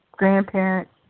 grandparents